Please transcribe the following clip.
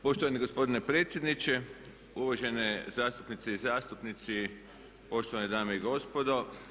Poštovani gospodine predsjedniče, uvažene zastupnice i zastupnici, poštovane dame i gospodo.